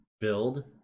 build